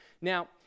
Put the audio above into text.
Now